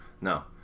No